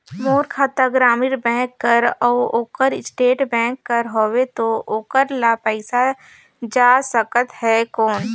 मोर खाता ग्रामीण बैंक कर अउ ओकर स्टेट बैंक कर हावेय तो ओकर ला पइसा जा सकत हे कौन?